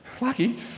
lucky